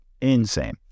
insane